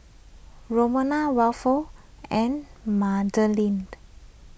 Ramona Wilford and Madelynn